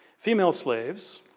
female slaves,